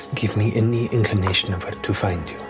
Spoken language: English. give me any inclination of where to find